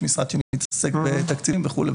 יש משרד שמתעסק בתקציבים וכו'.